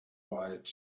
white